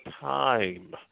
time